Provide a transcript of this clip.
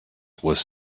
was